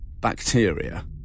Bacteria